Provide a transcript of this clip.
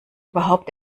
überhaupt